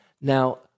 Now